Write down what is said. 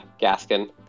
Gaskin